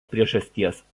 priežasties